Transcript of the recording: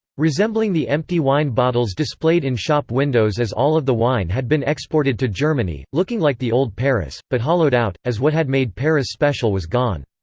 resembling the empty wine bottles displayed in shop windows as all of the wine had been exported to germany, looking like the old paris, but hollowed out, as what had made paris special was gone.